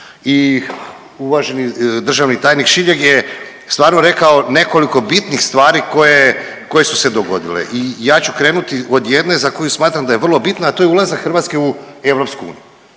i uvaženi državni tajnik Šiljeg je stvarno rekao nekoliko bitnih stvari koje su se dogodile. I ja ću krenuti od jedne za koju smatram da je bitna, a to je ulazak Hrvatske u EU.